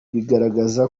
bigaragaza